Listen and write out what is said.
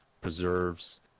preserves